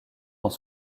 dans